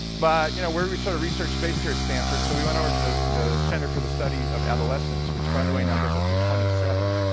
but you know we're a sort of research space here at stanford, so we went over to the center for the study of adolescence, which by the way now goes up to twenty seven